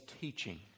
teaching